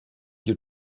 you